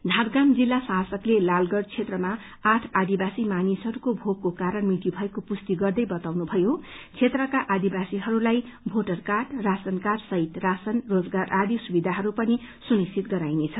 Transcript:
झारग्राम जिल्ला शासकले लालगढ़ क्षेत्रमा आठ आदिवासी मानिसहरूको भोगको कारण मृत्यु भएको पुष्टी गर्दै बताउनुभयो क्षेत्रका आदिवासीहरूलाई भोटर कार्ड राशन कार्ड सहित राशन रोजगार आदि सुविधाहरू पनि सुनिश्चित गराइनेछ